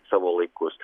savo laikus